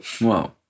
Wow